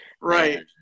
Right